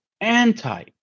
anti